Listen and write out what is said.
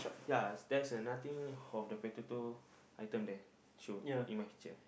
ya that's another thing of the potato item there shown in my picture